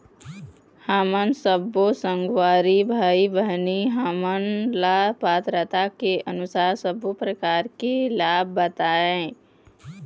हमन सब्बो संगवारी भाई बहिनी हमन ला पात्रता के अनुसार सब्बो प्रकार के लाभ बताए?